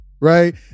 right